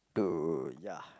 to ya